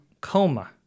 Coma